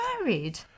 married